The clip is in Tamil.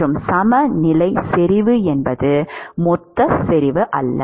மற்றும் சமநிலை செறிவு என்பது மொத்த செறிவு அல்ல